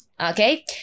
Okay